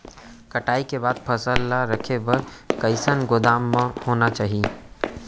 कटाई के बाद फसल ला रखे बर कईसन गोदाम होना चाही?